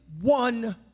one